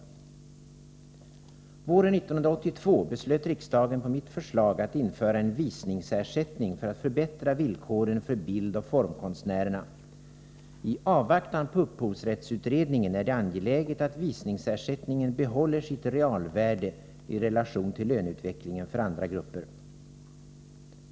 Våren 1982 beslöt riksdagen på mitt förslag att införa en visningsersättning för att förbättra villkoren för bildoch formkonstnärerna. I avvaktan på upphovsrättsutredningen är det angeläget att visningsersättningen behåller sitt realvärde i relation till löneutvecklingen för andra grupper.